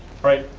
right,